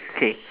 okay